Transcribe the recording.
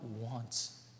wants